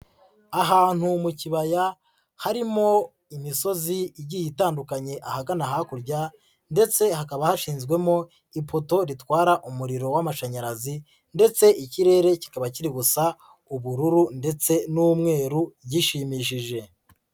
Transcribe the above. Ahantu mu kibaya harimo imisozi igiye itandukanye ahagana hakurya ndetse hakaba hashinzwemo ipoto ritwara umuriro w'amashanyarazi ndetse ikirere kikaba kiri gusa ubururu ndetse n'umweru gishimishije.